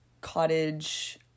cottage